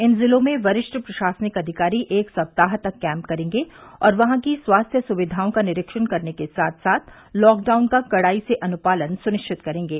इन जिलों में वरिष्ठ प्रशासनिक अधिकारी एक सप्ताह तक कैंप करेंगे और वहां की स्वास्थ्य सुविधाओं का निरीक्षण करने के साथ साथ लॉकडाउन का कड़ाई से अनुपालन सुनिश्चित करेंगे